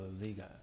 Liga